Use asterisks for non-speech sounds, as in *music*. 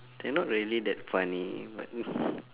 they're not really that funny but *laughs*